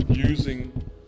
using